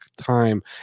time